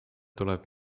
tuleb